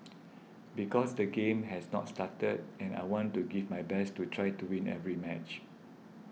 because the game has not started and I want to give my best to try to win every match